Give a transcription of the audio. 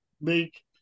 make